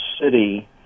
city